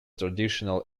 traditional